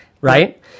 right